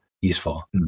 useful